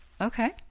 Okay